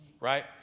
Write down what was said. right